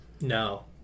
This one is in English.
No